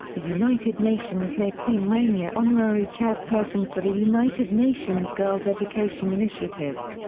the united nations made queen rania honorary chairperson for the united nations girls' education initiative.